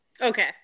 Okay